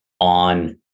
on